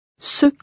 Ce